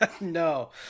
No